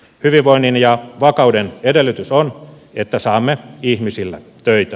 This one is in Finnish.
hyvinvoinnin ja vakauden edellytys on että saamme ihmisille töitä